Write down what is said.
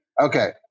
Okay